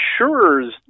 insurers